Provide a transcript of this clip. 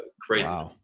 crazy